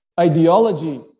ideology